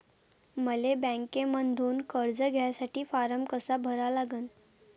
मले बँकेमंधून कर्ज घ्यासाठी फारम कसा भरा लागन?